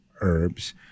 herbs